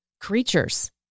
creatures